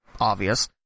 obvious